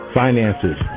finances